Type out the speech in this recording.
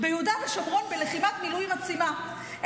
ביהודה ושומרון בלחימת מילואים עצימה,